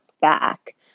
back